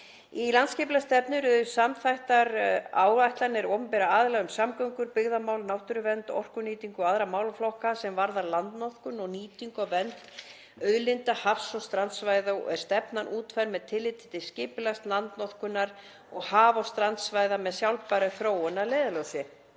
Í landsskipulagsstefnu eru samþættar áætlanir opinberra aðila um samgöngur, byggðamál, náttúruvernd, orkunýtingu og aðra málaflokka sem varða landnotkun og nýtingu og vernd auðlinda haf- og strandsvæða og er stefnan útfærð með tilliti til skipulags landnotkunar og haf- og strandsvæða með sjálfbæra þróun að leiðarljósi,